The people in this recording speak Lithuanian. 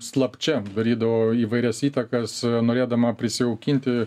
slapčia darydavo įvairias įtakas norėdama prisijaukinti